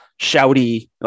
shouty